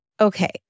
Okay